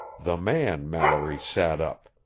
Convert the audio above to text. the man mallory sat up.